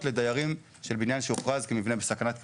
לדיירים של בניין שהוכרז כמבנה בסכנת קריסה.